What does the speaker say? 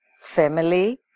family